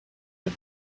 did